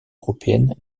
européenne